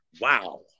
Wow